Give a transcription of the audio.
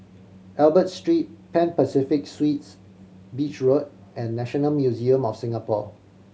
Albert Street Pan Pacific Suites Beach Road and National Museum of Singapore